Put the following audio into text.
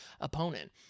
opponent